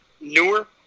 newer